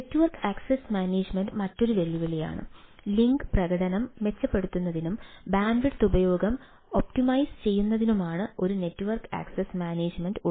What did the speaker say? network access management മറ്റൊരു വെല്ലുവിളിയാണ് link പ്രകടനം മെച്ചപ്പെടുത്തുന്നതിനും ബാൻഡ്വിഡ്ത്ത് ഉപയോഗം ഒപ്റ്റിമൈസ് ചെയ്യുന്നതിനുമാണ് ഒരു നെറ്റ്വർക്ക് ആക്സസ്സ് മാനേജുമെന്റ്